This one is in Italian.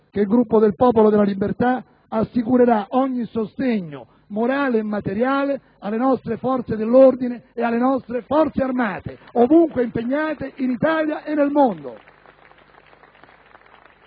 che il Gruppo del Popolo delle libertà assicurerà ogni sostegno morale e materiale alle nostre Forze dell'ordine e alle nostre Forze armate ovunque impegnate, in Italia e nel mondo